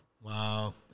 Wow